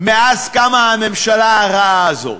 מאז קמה הממשלה הרעה הזאת.